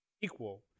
equal